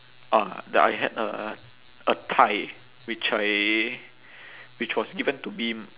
ah the I had a a tie which I which was given to me